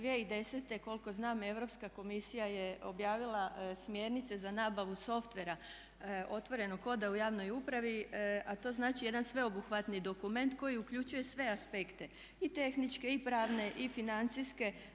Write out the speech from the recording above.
2010. koliko znam Europska komisija je objavila smjernice za nabavu softvera otvorenog koda u javnoj upravi a to znači jedan sveobuhvatni dokument koji uključuje sve aspekte i tehničke i pravne i financijske.